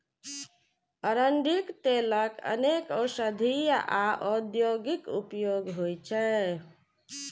अरंडीक तेलक अनेक औषधीय आ औद्योगिक उपयोग होइ छै